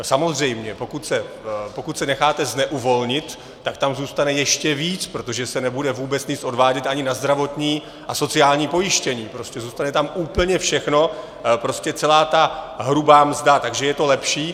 Samozřejmě, pokud se necháte zneuvolnit, tak tam zůstane ještě víc, protože se nebude vůbec nic odvádět ani na zdravotní a sociální pojištění, prostě zůstane tam úplně všechno, celá ta hrubá mzda, takže je to lepší.